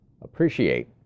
appreciate